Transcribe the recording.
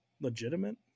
legitimate